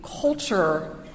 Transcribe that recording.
culture